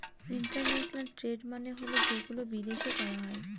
international trade মানে হল যেগুলো বিদেশে করা হয়